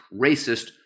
racist